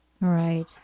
Right